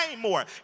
more